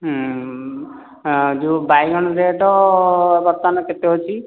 ଯେଉଁ ବାଇଗଣ ରେଟ୍ ବର୍ତ୍ତମାନ କେତେ ଅଛି